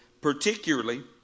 particularly